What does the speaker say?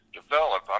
develop